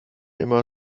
immer